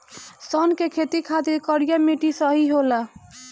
सन के खेती खातिर करिया मिट्टी सही होला